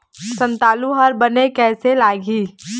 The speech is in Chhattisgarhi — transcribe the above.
संतालु हर बने कैसे लागिही?